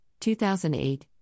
2008